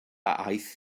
aeth